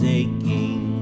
aching